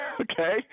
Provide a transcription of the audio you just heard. Okay